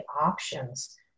options